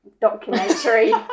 Documentary